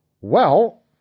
Well